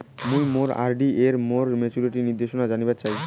মুই মোর আর.ডি এর মোর মেচুরিটির নির্দেশনা জানিবার চাই